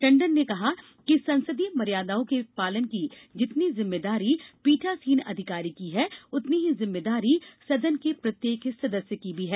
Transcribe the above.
टंडन ने कहा कि संसदीय मर्यादाओं के पालन की जितनी जिम्मेदारी पीठासीन अधिकारी की है उतनी ही जिम्मेदारी सदन के प्रत्येक सदस्य की भी है